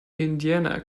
indiana